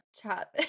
chat